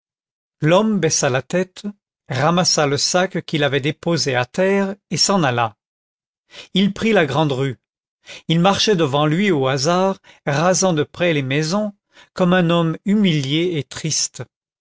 l'homme baissa la tête ramassa le sac qu'il avait déposé à terre et s'en alla il prit la grande rue il marchait devant lui au hasard rasant de près les maisons comme un homme humilié et triste